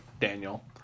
Daniel